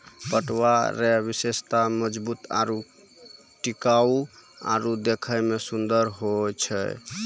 पटुआ रो विशेषता मजबूत आरू टिकाउ आरु देखै मे सुन्दर होय छै